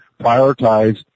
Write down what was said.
prioritize